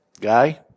Guy